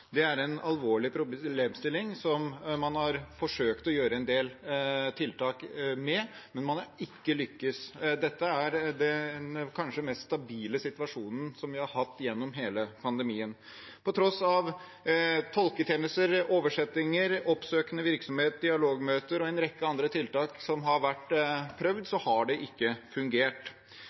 Det er en alvorlig problemstilling, som man har forsøkt å gjøre en del tiltak for, men man har ikke lyktes. Dette er kanskje den mest stabile situasjonen vi har hatt gjennom hele pandemien. På tross av tolketjenester, oversettelser, oppsøkende virksomhet, dialogmøter og en rekke andre tiltak som har vært prøvd, har det ikke fungert.